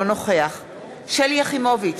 אינו נוכח שלי יחימוביץ,